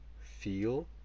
feel